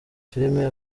filime